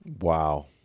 Wow